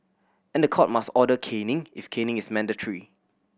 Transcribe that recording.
and the court must order caning if caning is mandatory